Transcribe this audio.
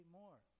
more